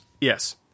Yes